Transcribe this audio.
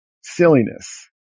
silliness